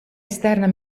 esterna